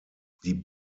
die